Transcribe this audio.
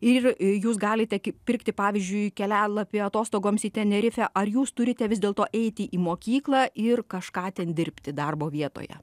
ir jūs galite pirkti pavyzdžiui kelialapį atostogoms į tenerifę ar jūs turite vis dėlto eiti į mokyklą ir kažką ten dirbti darbo vietoje